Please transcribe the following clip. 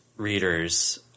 Readers